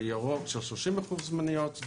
בירוק של 30% מניות,